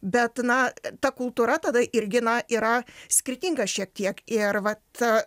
bet na ta kultūra tada irgi na yra skirtinga šiek tiek ir vat